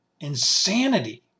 insanity